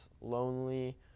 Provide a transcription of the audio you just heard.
lonely